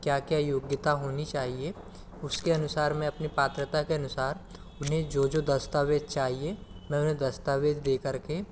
क्या क्या योग्यता होनी चाहिए उसके अनुसार मैं अपनी पात्रता के अनुसार उन्हें जो जो दस्तावेज़ चाहिए मैं उन्हें दस्तावेज़ दे कर के